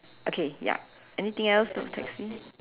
okay ya anything else not taxi